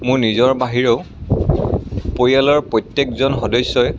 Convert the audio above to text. মোৰ নিজৰ বাহিৰেও পৰিয়ালৰ প্ৰত্যেকজন সদস্যই